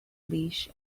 leash